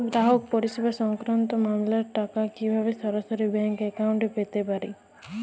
গ্রাহক পরিষেবা সংক্রান্ত মামলার টাকা কীভাবে সরাসরি ব্যাংক অ্যাকাউন্টে পেতে পারি?